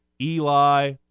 Eli